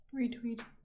retweet